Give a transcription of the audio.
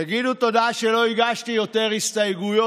תגידו תודה שלא הגשתי יותר הסתייגויות,